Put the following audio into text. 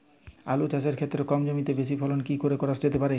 আলু চাষের ক্ষেত্রে কম জমিতে বেশি ফলন কি করে করা যেতে পারে?